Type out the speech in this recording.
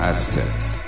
Aztecs